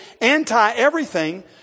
anti-everything